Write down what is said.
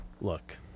Look